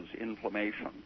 inflammation